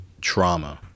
trauma